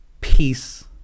peace